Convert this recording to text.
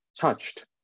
touched